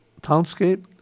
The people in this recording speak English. townscape